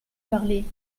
parler